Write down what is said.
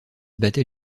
battait